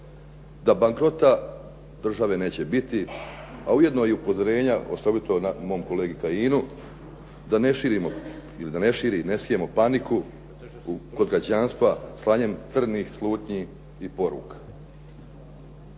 da bankrota države neće biti, a ujedno i upozorenja osobito na mom kolegi Kajinu da ne širimo ili da ne širi i ne sijemo paniku kod građanstva slanjem crnih slutnji i poruka.